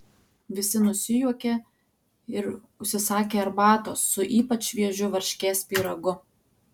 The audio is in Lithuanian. visi nusijuokė ir užsisakė arbatos su ypač šviežiu varškės pyragu